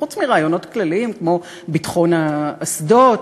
חוץ מרעיונות כלליים, כמו ביטחון האסדות